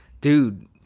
Dude